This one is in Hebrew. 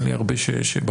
אין לך הרבה בוגרים.